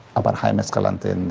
about jaime escalante, and